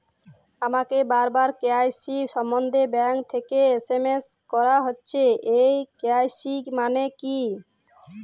আমাকে বারবার কে.ওয়াই.সি সম্বন্ধে ব্যাংক থেকে এস.এম.এস করা হচ্ছে এই কে.ওয়াই.সি মানে কী?